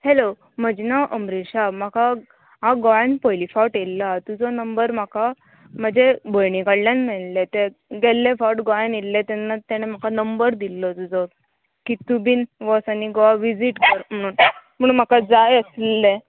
hello म्हजें नांव अमृशा म्हाका हांव गोंयान पयलीं फावट येयल्लो तुजो नंबर म्हाका म्हाजे भयणी कडल्यान मेळ्ळें तें गेल्ले फावट गोंयान येयल्ले तेन्ना तेणे म्हाका नंबर दिल्लो तुजो की तूं बीन वोस आनी गोवा विजीट कर म्हुणून म्हुणून म्हाका जाय आसलें